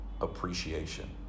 appreciation